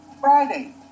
Friday